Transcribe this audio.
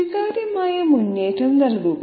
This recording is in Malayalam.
സ്വീകാര്യമായ മുന്നേറ്റം നൽകുക